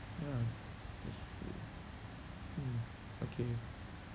ya mm okay